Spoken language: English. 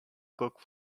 cook